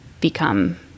become